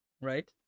right